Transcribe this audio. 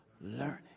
learning